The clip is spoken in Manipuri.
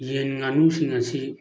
ꯌꯦꯟ ꯉꯥꯅꯨꯁꯤꯡ ꯑꯁꯤ